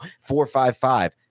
four-five-five